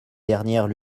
dernières